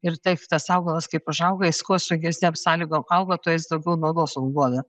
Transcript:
ir taip tas augalas kaip užauga jis kuo sunkesnėm sąlygom auga tuos jis daugiau naudos tau duoda